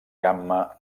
gamma